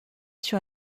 sur